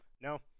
No